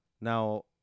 Now